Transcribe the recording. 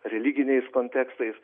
religiniais kontekstais